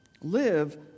Live